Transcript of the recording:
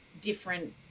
different